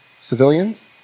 civilians